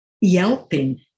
yelping